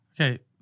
Okay